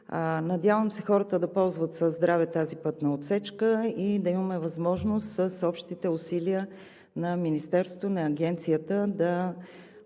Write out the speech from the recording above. Надявам се хората да ползват със здраве тази пътна отсечка и да имаме възможност с общите усилия на Министерството, на Агенцията да